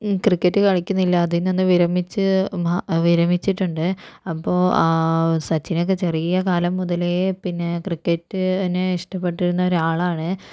cricket കളിക്കുന്നില്ല അതിൽ നിന്ന് വിരമിച്ച് വിരമിച്ചിറ്റണ്ട് അപ്പോൾ സച്ചിനൊക്കെ ചെറിയ കാലം മുതലേ പിന്നെ ക്രിക്കറ്റിനെ ഇഷ്ടപ്പെട്ടിരുന്ന ഒരാളാണ്